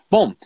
Bom